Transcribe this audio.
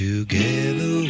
Together